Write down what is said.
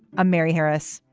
i'm mary harris.